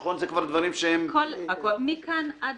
נכון אלה כבר דברים שהם --- מכאן עד